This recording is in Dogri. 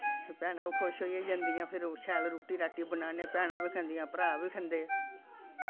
फिर भैनां बी खुश होइयै जन्दियां फिर ओह् शैल रुट्टी राटी बनान्ने भैनां बी खंदियां भ्राऽ बी खंदे